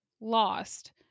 lost